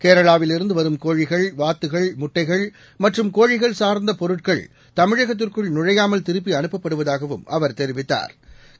கேரளாவிலிருந்து வரும் கோழிகள் வாத்துகள் முட்டைகள் மற்றும் கோழிகள் சார்ந்த பொருட்கள் தமிழகத்திற்குள் நுழையாமல் திருப்பி அனுப்பப்படுவதாகவும் அவர் தெரிவித்தாா்